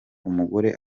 umugore